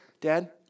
Dad